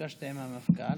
נפגשתי עם המפכ"ל.